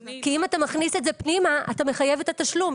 אם אתה מכניס את זה פנימה, אתה מחייב את התשלום.